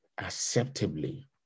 acceptably